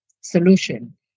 solution